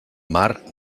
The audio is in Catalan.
mar